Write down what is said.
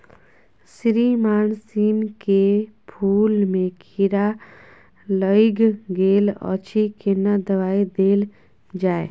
श्रीमान सीम के फूल में कीरा लाईग गेल अछि केना दवाई देल जाय?